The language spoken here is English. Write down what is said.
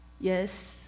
Yes